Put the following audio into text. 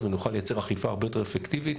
ונוכל לייצר אכיפה הרבה יותר אפקטיבית